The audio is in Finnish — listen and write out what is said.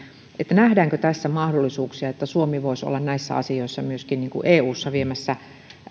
nähdäänkö tässä mahdollisuuksia että suomi voisi olla myöskin eussa viemässä